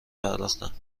پرداختند